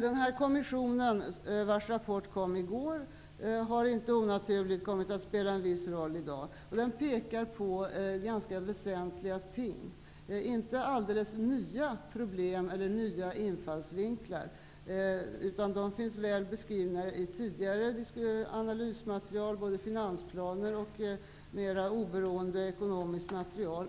Den här kommissionen, vars rapport kom i går, har inte onaturligt kommit att spela en viss roll i dag. Den pekar på ganska väsentliga ting, inte alldeles nya problem eller nya infallsvinklar, utan de finns väl beskrivna i tidigare analysmaterial som finansplaner och mer oberoende ekonomiskt material